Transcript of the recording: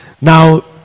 Now